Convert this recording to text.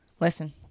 listen